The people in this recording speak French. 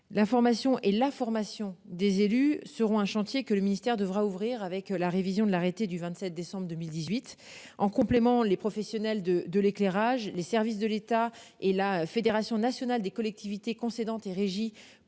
La formation et la formation des élus seront un chantier que le ministère devra ouvrir avec la révision de l'arrêté du 27 décembre 2018 en complément on les professionnels de de l'éclairage, les services de l'État et la Fédération nationale des collectivités concédantes et régies